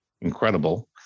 incredible